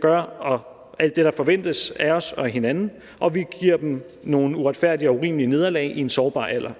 gør, og alt det, vi forventer af os selv og hinanden, og vi giver dem nogle uretfærdige og urimelige nederlag i en sårbar alder.